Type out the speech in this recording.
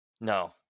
No